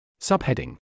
Subheading